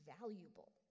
valuable